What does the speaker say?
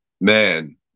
Man